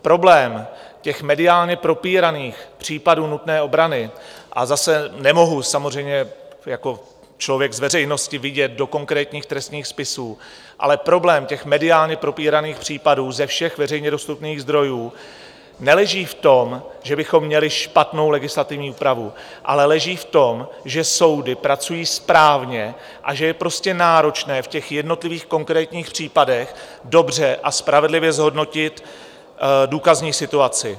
Problém mediálně propíraných případů nutné obrany a zase nemohu samozřejmě jako člověk z veřejnosti vidět do konkrétních trestních spisů ale problém těch mediálně propíraných případů ze všech veřejně dostupných zdrojů neleží v tom, že bychom měli špatnou legislativní úpravu, ale leží v tom, že soudy pracují správně a že je prostě náročné v jednotlivých konkrétních případech dobře a spravedlivě zhodnotit důkazní situaci.